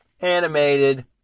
animated